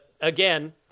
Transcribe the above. again